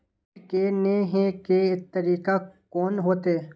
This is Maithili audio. कीट के ने हे के तरीका कोन होते?